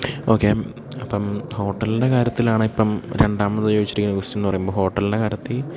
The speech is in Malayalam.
ഓക്കെ അപ്പം ഹോട്ടലിൻ്റെ കാര്യത്തിലാണ് ഇപ്പം രണ്ടാമത് ചോദിച്ചിരിക്കുന്ന കോസ്ററ്യൻ എന്നുപറയുമ്പോള് ഹോട്ടലിൻ്റെ കാര്യത്തില്